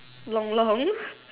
long long